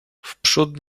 wprzód